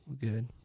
Good